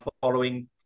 following